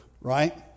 right